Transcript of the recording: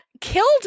killed